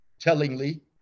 Tellingly